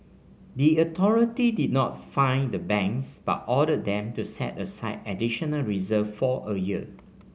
the authority did not fine the banks but ordered them to set aside additional reserves for a year